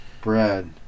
Brad